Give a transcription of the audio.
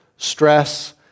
stress